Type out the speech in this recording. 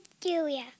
Julia